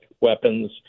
weapons